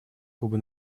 куба